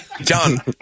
John